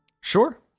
sure